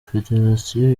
federasiyo